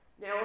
Now